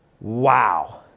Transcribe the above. Wow